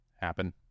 happen